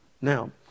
now